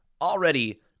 already